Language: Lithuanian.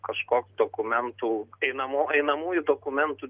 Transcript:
kažkoks dokumentų einamų einamųjų dokumentų